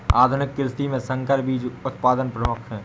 आधुनिक कृषि में संकर बीज उत्पादन प्रमुख है